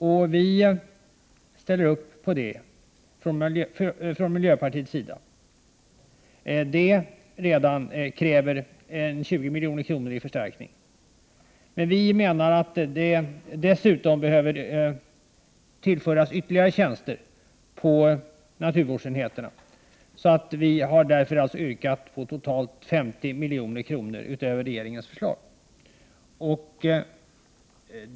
Vi från miljöpartiets sida ställer oss bakom det kravet. Redan detta kräver en förstärkning med 20 milj.kr., men vi menar att det dessutom behöver tillföras ytterligare tjänster på naturvårdsenheterna. Vi har därför yrkat på ett anslag om 50 milj.kr. utöver regeringens förslag.